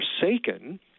forsaken